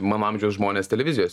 mano amžiaus žmonės televizijos